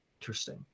Interesting